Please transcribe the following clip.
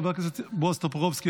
חבר הכנסת בועז טופורובסקי,